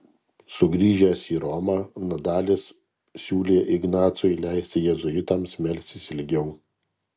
sugrįžęs į romą nadalis siūlė ignacui leisti jėzuitams melstis ilgiau